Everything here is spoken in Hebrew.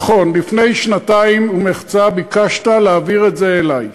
נכון, לפני שנתיים ומחצה ביקשת להעביר את זה אלי.